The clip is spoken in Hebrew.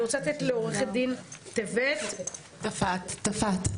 אני רוצה לתת לעו"ד טפת את זכות הדיבור.